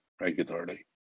regularly